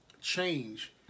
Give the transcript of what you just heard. change